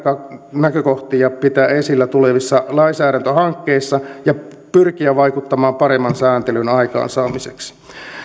näkökohtia pitää esillä tulevissa lainsäädäntöhankkeissa ja pyrkiä vaikuttamaan paremman sääntelyn aikaansaamiseksi